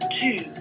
two